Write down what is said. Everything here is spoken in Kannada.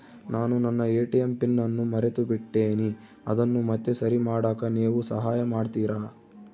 ನಾನು ನನ್ನ ಎ.ಟಿ.ಎಂ ಪಿನ್ ಅನ್ನು ಮರೆತುಬಿಟ್ಟೇನಿ ಅದನ್ನು ಮತ್ತೆ ಸರಿ ಮಾಡಾಕ ನೇವು ಸಹಾಯ ಮಾಡ್ತಿರಾ?